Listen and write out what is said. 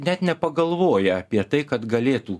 net nepagalvoja apie tai kad galėtų